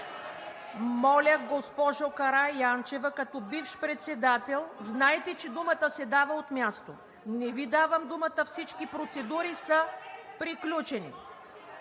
Моля, госпожо Караянчева, като бивш председател знаете, че думата се дава от място. Не Ви давам думата. Всички процедури са приключили.